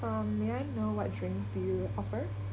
um may I know what drinks do you offer